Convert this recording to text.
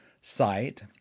site